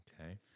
Okay